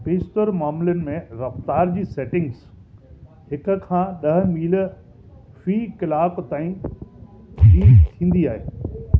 बेशितर मामलनि में रफ़्तार जी सेटिंग्स हिक खां ॾह मील फी कलाक ताईं जी थींदी आहे